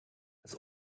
das